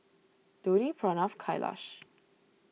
Dhoni Pranav Kailash